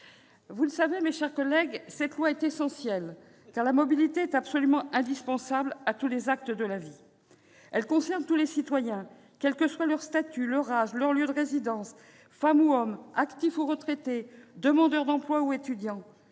vous le savez, ce projet de loi est essentiel, car la mobilité est absolument indispensable à tous les actes de la vie. Elle concerne tous les citoyens, quels que soient leur statut, leur âge, leur lieu de résidence, qu'ils soient femme ou homme, actif ou retraité, demandeur d'emploi ou étudiant.